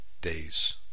days